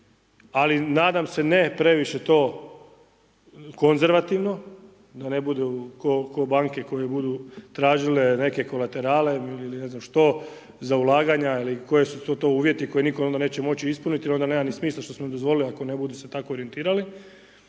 ali nadam se ne previše to konzervativno da ne budu kao banke koje budu tražile neke kolateralne ili ne znam što za ulaganja ili koji su to uvjeti koje nitko onda neće moći ispuniti jer onda nema ni smisla što smo dozvolili ako ne budu se tako orijentirali